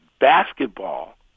basketball